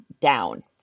down